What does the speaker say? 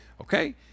Okay